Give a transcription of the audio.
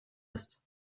ist